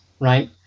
right